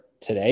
today